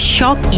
Shock